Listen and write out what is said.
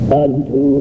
unto